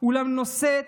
אולם נושאת